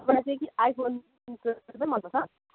तपाईँलाई चाहिँ के आइफोन ट्वेल्भ मात्रै मनपर्छ